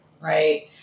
right